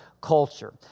culture